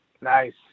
nice